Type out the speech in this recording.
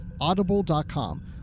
Audible.com